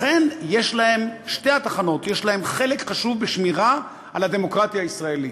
לכן לשתי התחנות יש חלק חשוב בשמירה על הדמוקרטיה הישראלית.